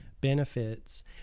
benefits